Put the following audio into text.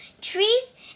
trees